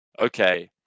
okay